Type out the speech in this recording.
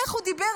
איך הוא דיבר,